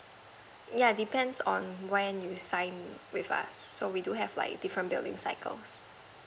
yeah depends on when you sign with us so we do have like different billing cycles